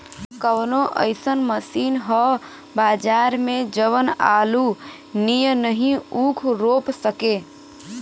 कवनो अइसन मशीन ह बजार में जवन आलू नियनही ऊख रोप सके?